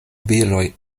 viroj